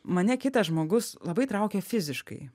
mane kitas žmogus labai traukia fiziškai